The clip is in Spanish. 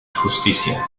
justicia